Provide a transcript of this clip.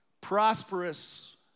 Prosperous